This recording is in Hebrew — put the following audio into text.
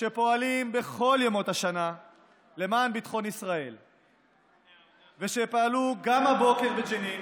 שפועלים בכל ימות השנה למען ביטחון ישראל ופעלו גם הבוקר בג'נין